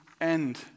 end